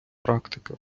практика